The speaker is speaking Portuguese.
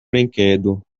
brinquedo